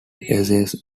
essays